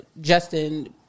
Justin